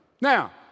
Now